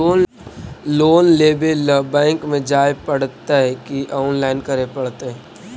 Loan लेवे ल bank में जाय पड़तै कि औनलाइन करे पड़तै?